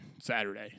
Saturday